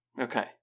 Okay